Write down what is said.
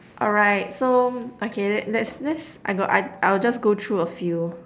alright so okay let's let's I got I I'll just go through a few